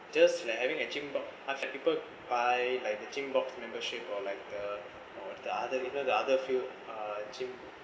just like having a gym but I've had people buy like a gym box membership or like the or the other people the other field uh gym